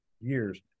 years